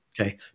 Okay